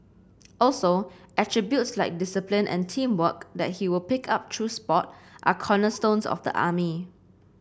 also attributes like discipline and teamwork that he will pick up through sport are cornerstones of the army